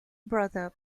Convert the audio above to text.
brother